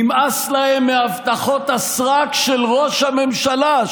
נמאס להם מהבטחות הסרק של ראש הממשלה,